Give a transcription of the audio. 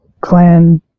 clan